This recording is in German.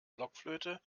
blockflöte